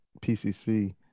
PCC